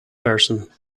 version